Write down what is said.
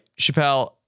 Chappelle